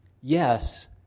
yes